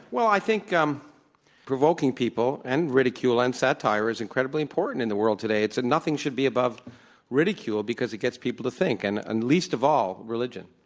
well, i think um provoking people and ridicule and satire is incredibly important in the world today. and nothing should be above ridicule because it gets people to think and and least of all, religion.